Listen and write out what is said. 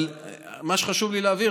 אבל מה שחשוב לי להבהיר,